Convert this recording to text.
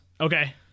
Okay